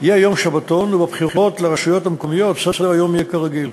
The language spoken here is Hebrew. יהיה יום שבתון ובבחירות לרשויות המקומיות סדר-היום יהיה כרגיל.